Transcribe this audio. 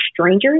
strangers